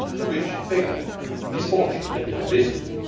to which figure his fortune had now risen.